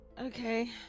Okay